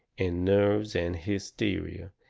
and nerves and hysteria,